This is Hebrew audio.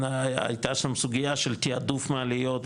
הייתה שם סוגייה של תיעדוף מעליות,